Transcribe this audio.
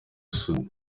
sudi